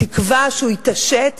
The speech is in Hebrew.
בתקווה שהוא יתעשת,